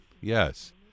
Yes